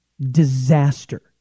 disaster